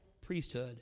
priesthood